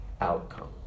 outcome